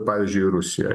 pavyzdžiui rusijoj